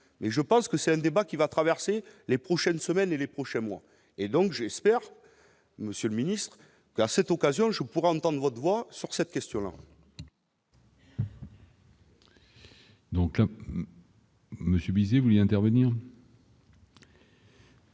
mais je pense que c'est un débat qui va traverser les prochaines semaines et les prochains mois et donc, j'espère, Monsieur le Ministre, à cette occasion je pour entendre votre voix sur cette question là. Donc là, Monsieur Bizet voulait intervenir.